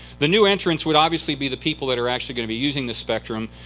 the new entrants would obviously be the people that are actually going to be using the spectrum,